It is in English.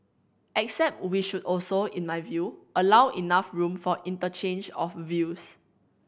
except we should also in my view allow enough room for interchange of views